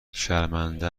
شرمنده